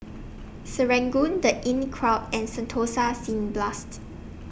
Serangoon The Inncrowd and Sentosa Cineblast